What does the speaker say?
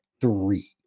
three